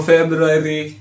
February